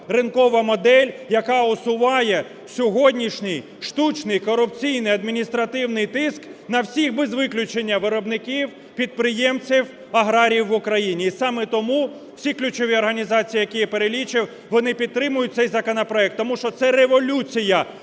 ринкова модель, яка усуває сьогоднішній штучний корупційний адміністративний тиск на всіх без виключення виробників, підприємців, аграріїв в Україні. І саме тому всі ключові організації, які я перелічив, вони підтримують цей законопроект, тому що це революція